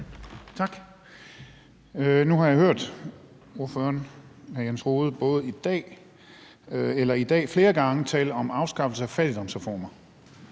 Tak. Nu har jeg hørt ordføreren, hr. Jens Rohde, flere gange i dag tale om afskaffelse af fattigdomsreformer.